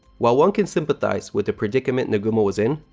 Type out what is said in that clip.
while one can sympathize with the predicament nagumo is in,